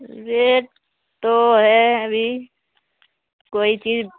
rate تو ہے ابھی کوئی چیز